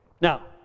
Now